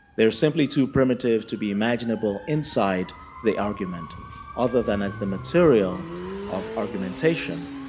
they're simply too primitive to be imaginable inside the argument other than as the material of argumentation.